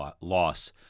loss